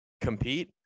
compete